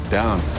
down